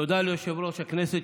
תודה ליושב-ראש הכנסת,